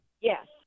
Yes